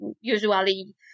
usually